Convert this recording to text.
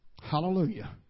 Hallelujah